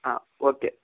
ಹಾಂ ಓಕೆ